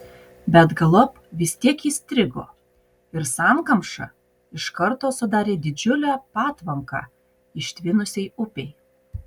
bet galop vis tiek įstrigo ir sankamša iš karto sudarė didžiulę patvanką ištvinusiai upei